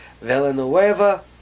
Villanueva